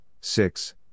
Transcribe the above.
six